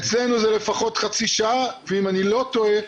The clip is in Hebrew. אצלנו זה לפחות חצי שעה ואם אני לא טועה,